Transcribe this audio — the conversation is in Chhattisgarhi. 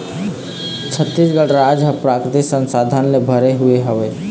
छत्तीसगढ़ राज ह प्राकृतिक संसाधन ले भरे हुए हवय